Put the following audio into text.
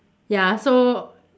ya so